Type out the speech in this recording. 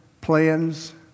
plans